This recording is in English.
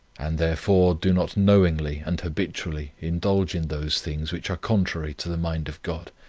and, therefore, do not knowingly and habitually indulge in those things which are contrary to the mind of god,